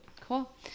Cool